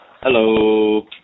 hello